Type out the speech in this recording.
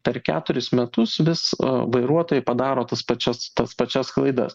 per keturis metus vis vairuotojai padaro tas pačias tas pačias klaidas